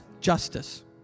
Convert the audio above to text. justice